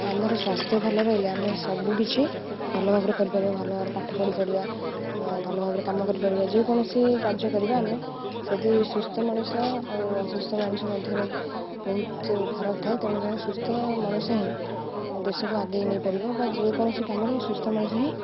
ଆମର ସ୍ୱାସ୍ଥ୍ୟ ଭଲ ରହିଲେ ଆମେ ସବୁକିଛି ଭଲ ଭାବରେ କରିପାରିବା ଭଲ ଭାବରେ ପାଠ ପଢ଼ିପାରିବା ଭଲ ଭାବରେ କାମ କରିପାରିବା ଯେକୌଣସି କାର୍ଯ୍ୟ କରିବା ଆମେ ଯଦି ସୁସ୍ଥ ମଣିଷ ଆଉ ଅସୁସ୍ଥ ମଣିଷ ମଧ୍ୟରେ ବହୁତ ଫରକ ଥାଏ ତେଣୁ ଜଣେ ସୁସ୍ଥ ମଣିଷ ହିଁ ଦେଶକୁ ଆଗେଇ ନେଇପାରିବ ବା ଯେକୌଣସି କାମରେ ସୁସ୍ଥ ମଣିଷ ହିଁ